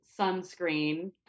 sunscreen